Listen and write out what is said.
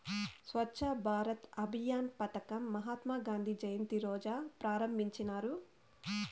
స్వచ్ఛ భారత్ అభియాన్ పదకం మహాత్మా గాంధీ జయంతి రోజా ప్రారంభించినారు